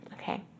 okay